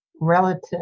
relative